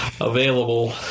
available